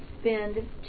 spend